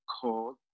called